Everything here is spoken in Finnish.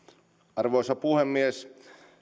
arvoisa puhemies